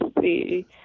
see